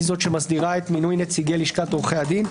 פסקה (2) היא זאת שמסדירה את מינוי נציגי לשכת עורכי הדין,